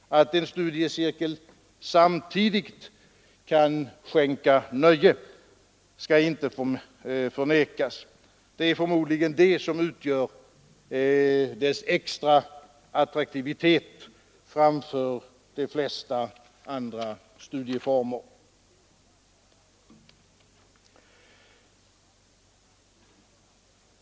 Att en studiecirkel samtidigt kan skänka nöje skall inte förnekas. Det är förmodligen det som utgör dess extra attraktivitet framför de flesta andra studieformer.